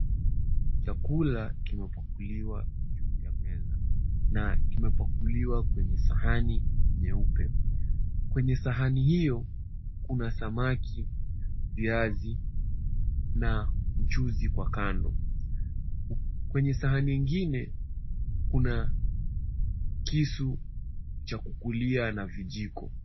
Chakula kimepakuliwa juu ya meza kwenye sahani nyeupe. Kwenye sahani hio kuna samaki, viazi na mchuzi kwa kando. Kwenye sahani nyingine kuna kisu cha kukulia na vijiko.